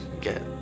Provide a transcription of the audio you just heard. get